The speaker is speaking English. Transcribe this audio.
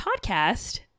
podcast